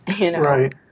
Right